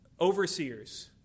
overseers